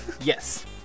Yes